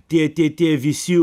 tie tie tie visi